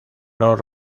los